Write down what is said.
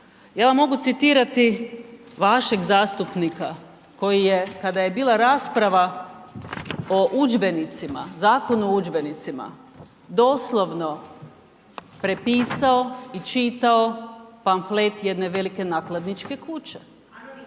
Ja vam mogu citirati vašeg zastupnika koji je kada je bila rasprava o udžbenicima, Zakonu o udžbenicima doslovno prepisao i čitao pamflet jedne velike nakladničke kuće,